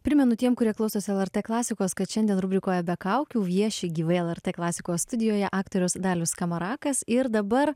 primenu tiem kurie klausosi lrt klasikos kad šiandien rubrikoje be kaukių vieši gyvi lrt klasikos studijoje aktorius dalius skamarakas ir dabar